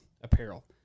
apparel